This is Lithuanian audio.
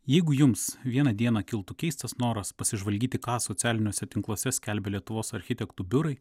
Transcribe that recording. jeigu jums vieną dieną kiltų keistas noras pasižvalgyti ką socialiniuose tinkluose skelbia lietuvos architektų biurai